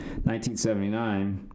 1979